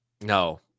No